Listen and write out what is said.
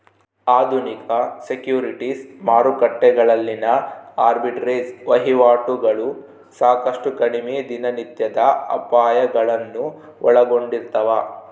ಆಧುನಿಕ ಸೆಕ್ಯುರಿಟೀಸ್ ಮಾರುಕಟ್ಟೆಗಳಲ್ಲಿನ ಆರ್ಬಿಟ್ರೇಜ್ ವಹಿವಾಟುಗಳು ಸಾಕಷ್ಟು ಕಡಿಮೆ ದಿನನಿತ್ಯದ ಅಪಾಯಗಳನ್ನು ಒಳಗೊಂಡಿರ್ತವ